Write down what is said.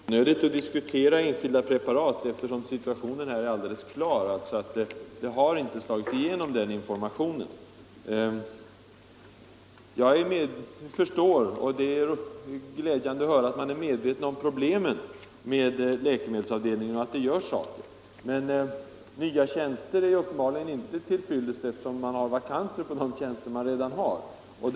Herr talman! Det är onödigt att diskutera enskilda preparat, eftersom situationen är alldeles klar. Socialstyrelsens information har inte slagit igenom. Det är glädjande att man är medveten om problemen med läkemedelsavdelningen och att det görs ansträngningar att lösa dem. Men nya tjänster är uppenbarligen inte till fyllest, eftersom man har vakanser på de tjänster som redan finns.